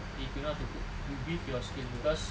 if you know how to cook with your skill cause